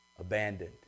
Abandoned